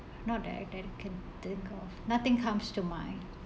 not that I can think of nothing comes to mind